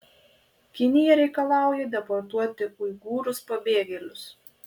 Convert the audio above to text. kinija reikalauja deportuoti uigūrus pabėgėlius